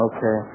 Okay